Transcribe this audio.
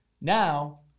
Now